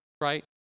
right